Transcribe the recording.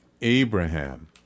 Abraham